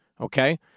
Okay